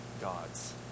gods